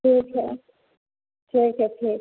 ठीक है ठीक है फिर